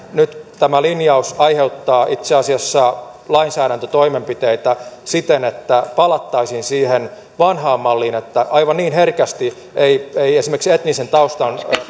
nyt tämä linjaus aiheuttaa itse asiassa lainsäädäntötoimenpiteitä siten että palattaisiin siihen vanhaan malliin että aivan niin herkästi ei ei esimerkiksi etnisen taustan